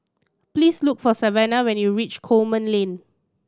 please look for Savannah when you reach Coleman Lane